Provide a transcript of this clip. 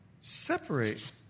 separate